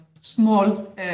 small